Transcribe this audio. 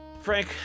Frank